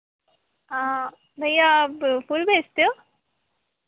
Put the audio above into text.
हाँ भैया आप फूल बेचते हो